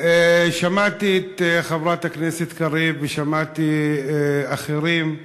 שמעתי את חברת הכנסת קריב ושמעתי אחרים.